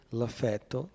l'affetto